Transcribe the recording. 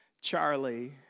Charlie